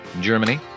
Germany